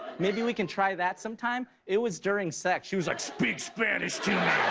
maybe we can try that sometime. it was during sex, she was like speak spanish to